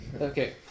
Okay